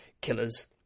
killers